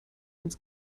ins